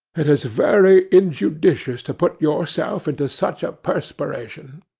it is very injudicious to put yourself into such a perspiration.